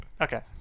okay